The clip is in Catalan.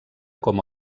com